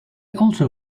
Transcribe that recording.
also